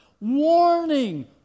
Warning